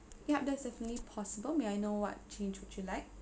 yup that's certainly possible may I know what change would you like